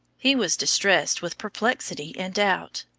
he was distressed with perplexity and doubt.